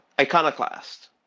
Iconoclast